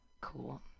Cool